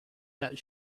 that